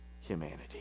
humanity